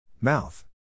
Mouth